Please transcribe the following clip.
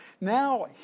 Now